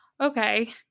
okay